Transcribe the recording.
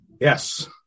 Yes